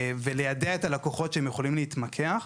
וליידע את הלקוחות שהם יכולים להתמקח.